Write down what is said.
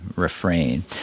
refrain